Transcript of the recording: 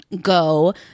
go